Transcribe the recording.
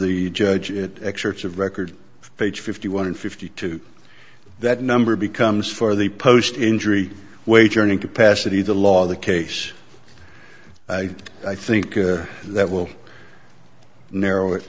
the judge it excerpts of record of page fifty one fifty two that number becomes for the post injury wage earning capacity the law the case i i think that will narrow it